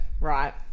right